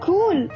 Cool